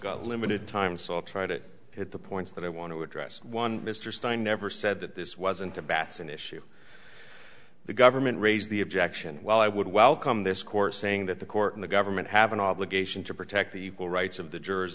you limited time so i'll try to get the points that i want to address one mr stein never said that this wasn't a batson issue the government raised the objection while i would welcome this court saying that the court and the government have an obligation to protect the rights of the jurors